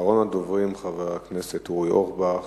אחרון הדוברים, חבר הכנסת אורי אורבך,